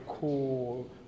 cool